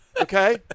Okay